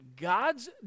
God's